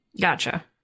Gotcha